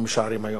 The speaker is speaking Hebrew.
תודה רבה, אדוני.